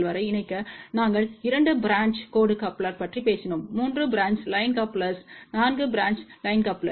வரை இணைக்க நாங்கள் இரண்டு பிரான்ச்க் கோடு கப்ளர் பற்றி பேசினோம் 3 பிரான்ச் லைன் கப்லெர்ஸ்கள் நான்கு பிரான்ச் லைன் கப்லெர்ஸ்